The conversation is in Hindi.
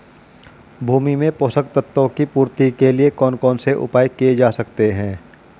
भूमि में पोषक तत्वों की पूर्ति के लिए कौन कौन से उपाय किए जा सकते हैं?